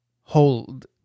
Hold